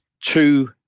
two